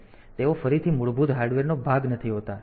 તેથી તેઓ ફરીથી મૂળભૂત હાર્ડવેર નો ભાગ નથી હોતા